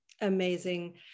Amazing